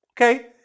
okay